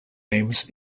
names